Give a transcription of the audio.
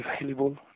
available